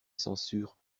censure